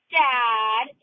dad